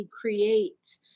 create